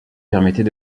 permettait